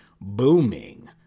booming